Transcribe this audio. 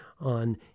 on